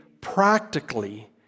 practically